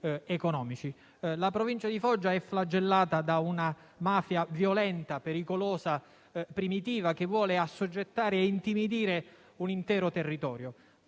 economici. La provincia di Foggia è flagellata da una mafia violenta, pericolosa, primitiva, che vuole assoggettare e intimidire un intero territorio.